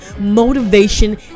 motivation